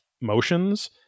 motions